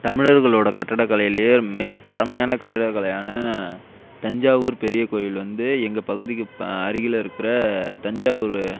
தமிழர்களுடைய கட்டிடக் கலையிலையே மிகப் பழைமையான கட்டிடக் கலையான தஞ்சாவூர் பெரிய கோயில் வந்து எங்கள் பகுதிக்கு இப்போ அருகில் இருக்கிற தஞ்சாவூரு